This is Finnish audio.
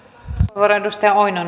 arvoisa